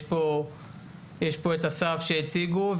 הרי יש פה פערים של עשרות שנים ודובר